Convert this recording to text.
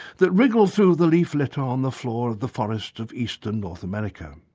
that wriggle through the leaf litter on the floor of the forests of east and north america.